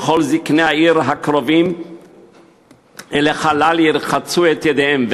וכל זקני העיר ההיא הקרֹבים אל החלל ירחצו את ידיהם,